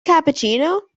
cappuccino